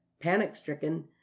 panic-stricken